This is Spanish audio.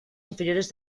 inferiores